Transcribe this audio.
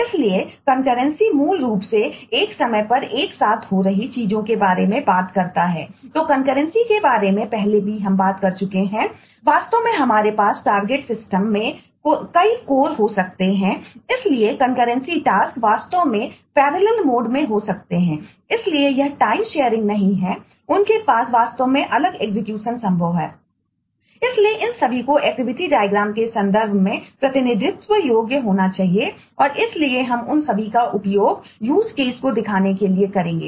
इसलिए कनकरेंसी को दिखाने के लिए करेंगे